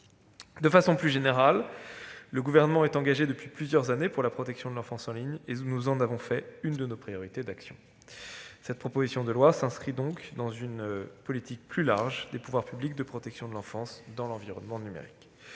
De façon plus générale, le Gouvernement est engagé depuis plusieurs années pour la protection de l'enfance en ligne. Nous en avons fait une de nos priorités d'action. Cette proposition de loi s'insère donc dans une politique plus large de protection de l'enfance des pouvoirs publics dans l'environnement numérique.